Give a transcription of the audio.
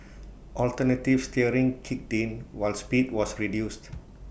alternative steering kicked in while speed was reduced